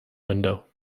window